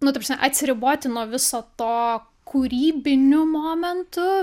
nu ta prasme atsiriboti nuo viso to kūrybiniu momentu